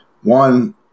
one –